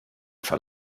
sand